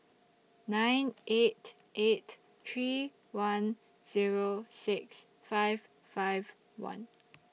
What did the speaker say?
nine eight eight three one Zero six five five one